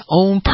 own